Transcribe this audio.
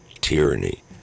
Tyranny